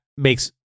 makes